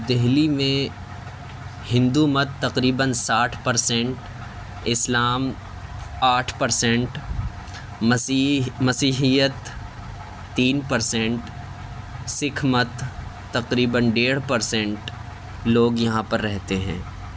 دہلى ميں ہندو مت تقريباً ساٹھ پرسنٹ اسلام آٹھ پرسنٹ مسیحی مسيحيت تين پرسنٹ سكھ مت تقريباً ڈيڑھ پرسنٹ لوگ يہاں پر رہتے ہیں